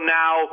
now